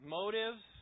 motives